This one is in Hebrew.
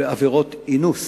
בעבירות אינוס